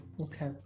Okay